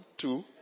two